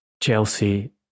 Chelsea